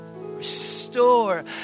restore